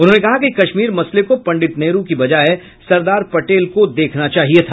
उन्होंने कहा कि कश्मीर मसले को पंडित नेहरू की बजाय सरदार पटेल को देखना चाहिए था